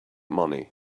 money